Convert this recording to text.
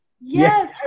Yes